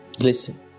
listen